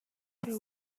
they